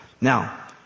Now